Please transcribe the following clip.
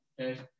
Okay